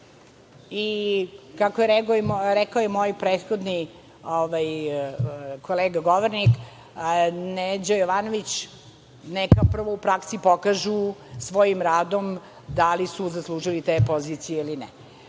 Kako je rekao i moj prethodni kolega govornik Neđo Jovanović – neka prvo u praksi pokažu svojim radom da li su zaslužili te pozicije ili ne. Što